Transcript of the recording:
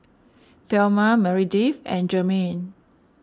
thelma Meredith and Jermaine